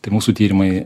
tai mūsų tyrimai